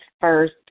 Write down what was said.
first